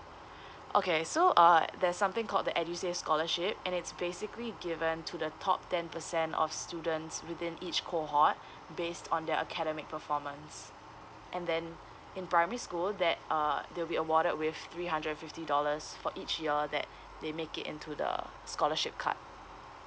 okay so uh there's something called the edusave scholarship and it's basically given to the top ten percent of students within each cohort based on their academic performance and then in primary school that uh they'll be awarded with three hundred and fifty dollars for each year that they make it into the scholarship cut